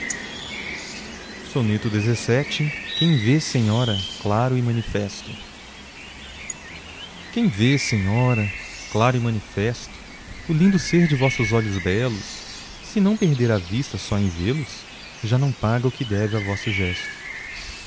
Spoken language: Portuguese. o nome n'alma a vista pura quem vê senhora claro e manifesto o lindo ser de vossos olhos belos se não perder a vista só em vê los já não paga o que deve a vosso gesto